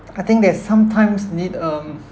I think they sometimes need um